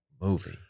movie